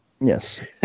Yes